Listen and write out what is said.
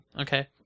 Okay